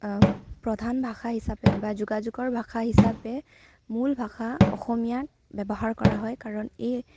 প্ৰধান ভাষা হিচাপে বা যোগাযোগৰ ভাষা হিচাপে মূল ভাষা অসমীয়া ব্যৱহাৰ কৰা হয় কাৰণ এই